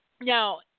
Now